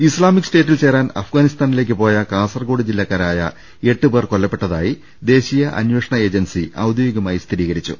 Islamic സ്റ്റേറ്റിൽ ചേരാൻ അഫ്ഗാനിസ്ഥാനിലേക്ക് പോയ കാസർക്കോട് ജില്ലക്കാരായ എട്ടുപേർ കൊല്ലപ്പെട്ടതായി ദേശീയ അന്വേ ഷണ ഏജൻസി ഔദ്യോഗികമായി സ്ഥിരീകരിച്ചു